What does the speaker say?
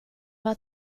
war